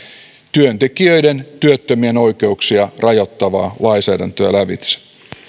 työntekijöiden työttömien oikeuksia rajoittavaa lainsäädäntöä lävitse